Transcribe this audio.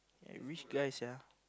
eh rich guy sia